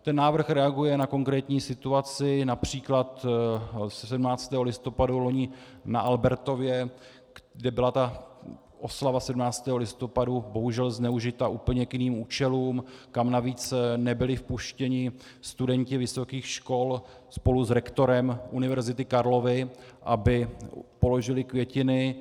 Ten návrh reaguje na konkrétní situaci například ze 17. listopadu loni na Albertově, kde byla oslava 17. listopadu bohužel zneužita k úplně jiným účelům, kam navíc nebyli vpuštěni studenti vysokých škol spolu s rektorem Univerzity Karlovy, aby položili květiny.